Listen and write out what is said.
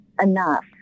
enough